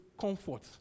comfort